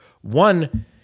One